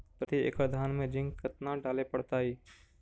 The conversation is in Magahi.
प्रती एकड़ धान मे जिंक कतना डाले पड़ताई?